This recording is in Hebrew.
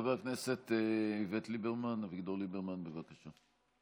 חבר הכנסת איווט ליברמן, אביגדור ליברמן, בבקשה.